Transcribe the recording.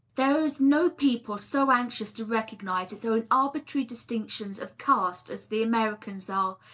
there is no people so anxious to recognize its own arbitrary distinctions of caste as the americans are,